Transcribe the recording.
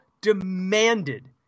demanded